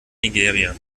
nigeria